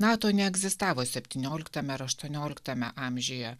nato neegzistavo septynioliktame ar aštuonioliktame amžiuje